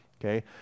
okay